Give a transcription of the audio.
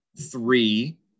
three